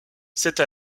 cette